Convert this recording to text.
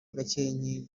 gakenke